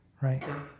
right